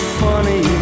funny